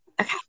Okay